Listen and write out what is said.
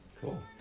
Cool